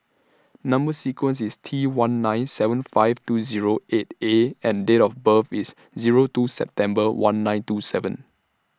Number sequence IS T one nine seven five two Zero eight A and Date of birth IS Zero two September one nine two seven